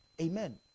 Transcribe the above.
amen